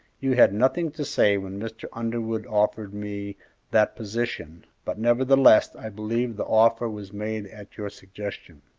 you had nothing to say when mr. underwood offered me that position, but, nevertheless, i believe the offer was made at your suggestion.